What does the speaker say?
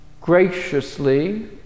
graciously